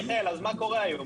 מיכאל אז מה קורה עכשיו?